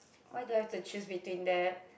why do I have to choose between that